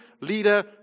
leader